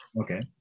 Okay